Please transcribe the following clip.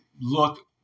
look